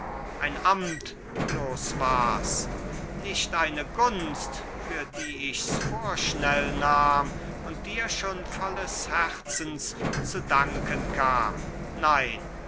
ein amt bloß wars nicht eine gunst für die ichs vorschnell nahm und dir schon volles herzens zu danken kam nein